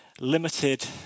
limited